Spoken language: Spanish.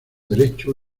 derecho